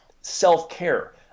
self-care